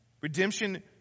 Redemption